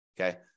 Okay